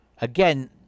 again